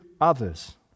others